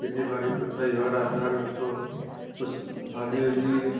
खेती बाड़ी तो सही हो रही है सर उसको कुछ भाजी उजी